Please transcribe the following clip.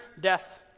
death